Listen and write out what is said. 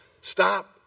stop